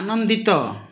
ଆନନ୍ଦିତ